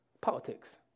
politics